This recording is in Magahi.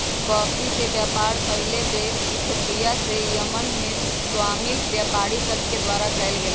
कॉफी के व्यापार पहिल बेर इथोपिया से यमन में सोमाली व्यापारि सभके द्वारा कयल गेलइ